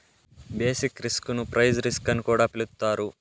basic risk ను price risk అని కూడా పిలుత్తారు